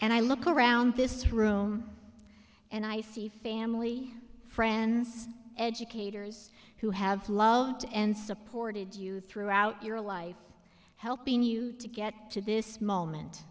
and i look around this room and i see family friends educators who have loved and supported you throughout your life helping to get to this moment